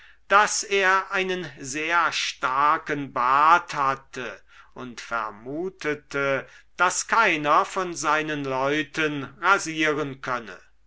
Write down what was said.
daß er einen sehr starken bart hatte und vermutete daß keiner von seinen leuten rasieren könne